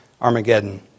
Armageddon